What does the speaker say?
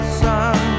sun